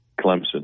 Clemson